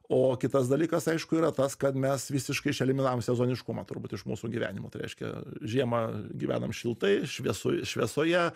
o kitas dalykas aišku yra tas kad mes visiškai išeliminavom sezoniškumą turbūt iš mūsų gyvenimo tai reiškia žiemą gyvenam šiltai šviesoj šviesoje